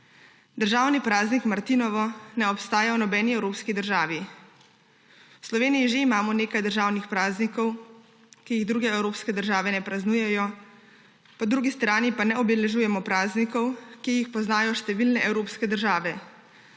Državni praznik martinovo ne obstaja v nobeni evropski državi. V Sloveniji že imamo nekaj državnih praznikov, ki jih druge evropske države ne praznujejo, po drugi strani pa ne obeležujemo praznikov, ki jih poznajo številne evropske države,